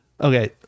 okay